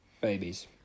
Babies